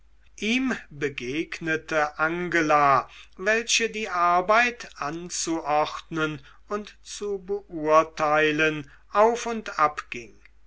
ihm begegnete angela welche die arbeit anzuordnen und zu beurteilen auf und ab